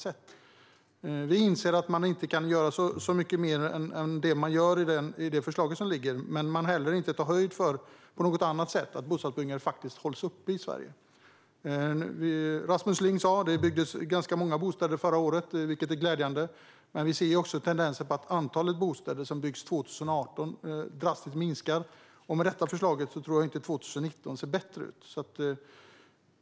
Vi inser att man inte kan göra så mycket mer än det man gör i det förslag som ligger, men man tar heller inte höjd på något annat sätt för att bostadsbyggandet i Sverige faktiskt hålls uppe. Rasmus Ling sa att det byggdes ganska många bostäder förra året, vilket är glädjande, men vi ser ju också tendenser på att antalet bostäder som byggs minskar drastiskt 2018. Med detta förslag tror jag inte att 2019 kommer att se bättre ut.